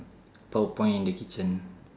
power point in the kitchen